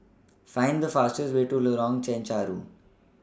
Find The fastest Way to Lorong Chencharu